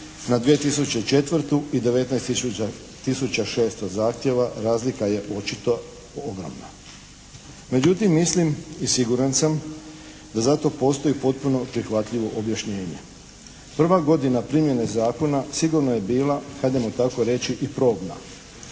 na 2004. i 19 tisuća 600 zahtjeva. Razlika je očito ogromna. Međutim mislim i siguran sam da zato postoji potpuno prihvatljivo objašnjenje. Prva godina primjene zakona sigurno je bila hajdemo tako reći i probna.